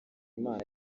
imana